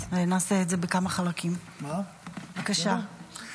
בסנטימנט, שקודמי, חברי חבר הכנסת חילי טרופר,